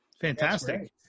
Fantastic